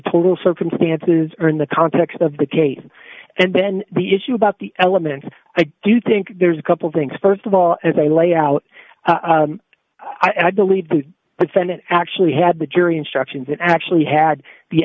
total circumstances or in the context of the case and then the issue about the elements i do think there's a couple of things st of all as a layout i believe the senate actually had the jury instructions that actually had the